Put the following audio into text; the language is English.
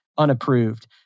unapproved